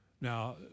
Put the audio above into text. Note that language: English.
Now